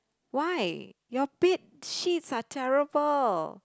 why your bedsheets are terrible